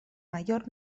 mayor